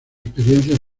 experiencias